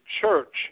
church